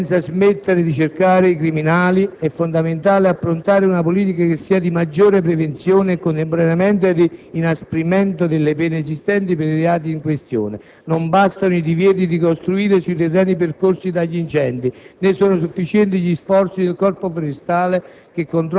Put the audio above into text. Senza smettere di cercare i criminali, è fondamentale approntare una politica di maggiore prevenzione e contemporaneamente di inasprimento delle pene esistenti per i reati in questione. Non bastano i divieti di costruire sui terreni percorsi dagli incendi, né sono sufficienti gli sforzi del Corpo forestale